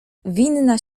winna